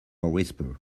whisper